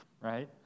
right